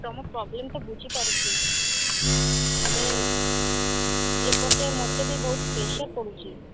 ତୁମ ପ୍ରୋବ୍ଲେମ୍ ତ ବୁଝିପାରୁଛି ହେଲେ ଏପଟେ ମୋତେ ବି ବହୁତ ପ୍ରେସର ପଡ଼ୁଛି